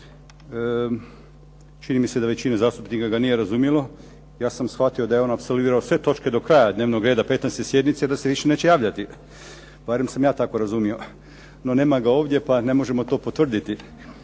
čini mi se da većina zastupnika ga nije razumio, ja sam shvatio da je on apsolvirao sve točke do kraja dnevnoga reda 15. sjednice, da se više neće javljati, barem sam ja tako razumio. No, nema ga ovdje pa ne možemo to potvrditi.